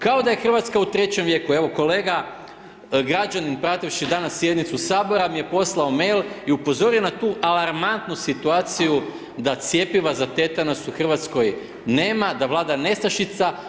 Kao da je Hrvatska u 3 vijeku, evo kolega, građanin prativši danas sjednicu sabora mi je poslao mail i upozorio na tu alarmantnu situaciju da cjepiva za tetanus u Hrvatskoj nema, da vlada nestašica.